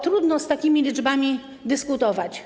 Trudno z takimi liczbami dyskutować.